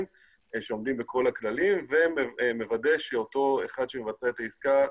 שעומדים בכל הכללים ונוודא שאותו אחד שמבצע את העסקה,